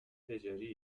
تجاری